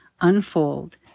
unfold